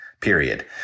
Period